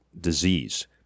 disease